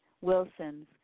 Wilson's